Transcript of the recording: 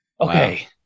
Okay